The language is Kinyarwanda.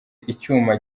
icyuma